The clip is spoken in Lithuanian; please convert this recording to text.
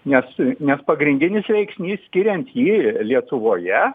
nes nes pagrindinis veiksnys skiriant jį lietuvoje